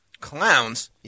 Clowns